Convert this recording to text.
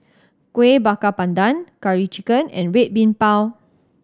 Kueh Bakar Pandan Curry Chicken and Red Bean Bao